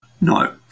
No